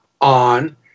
on